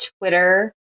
Twitter